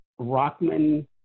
Rockman